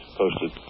posted